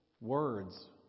words